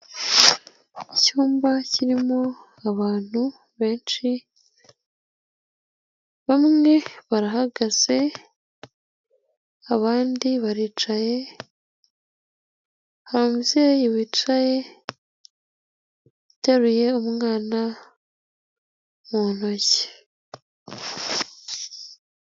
Icyumba kirimo abantu benshi bamwe barahagaze abandi baricaye hari umubyeyi wicaye uteruye umwana mu ntoki.